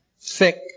thick